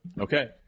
okay